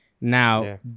Now